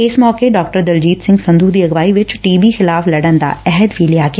ਇਸ ਮੌਕੇ ਡਾ ਦਲਜੀਤ ਸਿੰਘ ਸੰਧੂ ਦੀ ਅਗਵਾਈ ਵਿਚ ਟੀ ਬੀ ਖਿਲਾਫ਼ ਲੜਨ ਦਾ ਅਹਿਦ ਵੀ ਲਿਆ ਗਿਆ